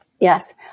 Yes